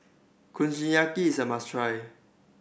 kushiyaki is a must try